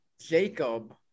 Jacob